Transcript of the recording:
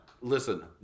Listen